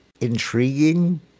intriguing